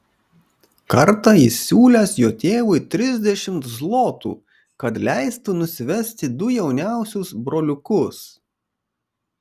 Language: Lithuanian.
kartą jis siūlęs jo tėvui trisdešimt zlotų kad leistų nusivesti du jauniausius broliukus